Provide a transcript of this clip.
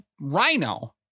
Rhino